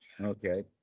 Okay